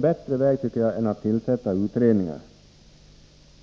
bättre väg än att tillsätta utredningar.